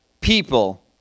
people